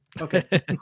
Okay